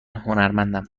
هنرمندم